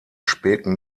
späten